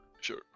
Sure